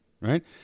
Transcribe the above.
right